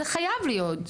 זה חייב להיות.